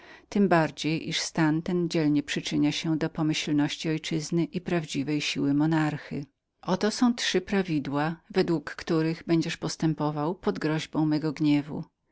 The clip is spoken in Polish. tem bardziej iż on najdzielniej przyczynia się do pomyślności ich ojczyzny i prawdziwej siły monarchy oto są trzy prawidła według których będziesz postępował pod karą mego gniewu